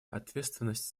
ответственность